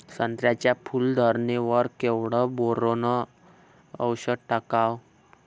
संत्र्याच्या फूल धरणे वर केवढं बोरोंन औषध टाकावं?